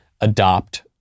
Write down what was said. adopt